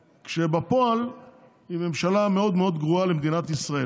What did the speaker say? כשבפועל היא ממשלה מאוד מאוד גרועה למדינת ישראל,